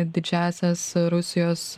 didžiąsias rusijos